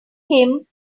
him